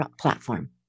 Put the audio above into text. platform